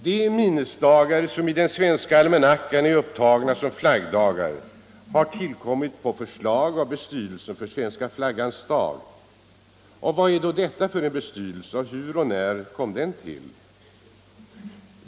De minnesdagar som i den svenska almanackan är upptagna som flaggdagar har tillkommit på förslag av Bestyrelsen för svenska flaggans dag. Vad var då detta för en bestyrelse? Hur och när kom den till?